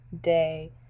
day